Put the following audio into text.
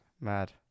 Mad